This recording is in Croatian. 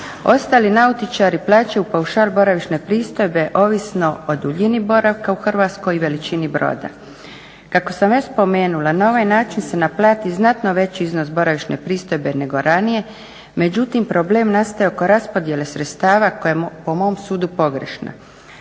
Ostali nautičari plaćaju paušal boravišne pristojbe ovisno o duljini boravka u Hrvatskoj i veličini broda. Kako sam već spomenula, na ovaj način se naplati znatno veći iznos boravišne pristojbe nego ranije, međutim problem nastaje oko raspodjele sredstava koja je po mom sudu pogrešna.